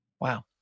Wow